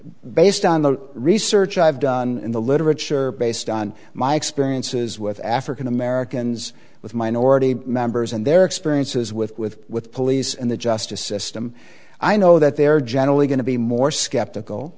based on the research i've done in the literature based on my experiences with african americans with minority members and their experiences with with with police and the justice system i know that they're generally going to be more skeptical